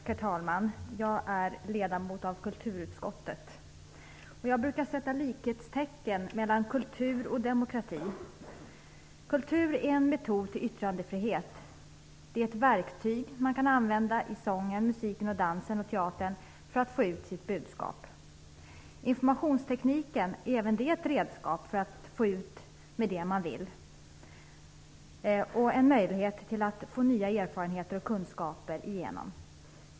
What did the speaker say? Herr talman! Jag är ledamot av kulturutskottet. Jag brukar sätta likhetstecken mellan kultur och demokrati. Kultur är en metod till yttrandefrihet. Den är ett verktyg som man kan använda i sången, musiken, dansen och teatern för att få ut sitt budskap. Informationstekniken är även den ett redskap för att nå ut med det man vill och en möjlighet att få nya erfarenheter och kunskaper.